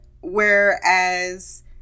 whereas